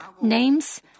names